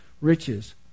riches